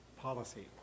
policy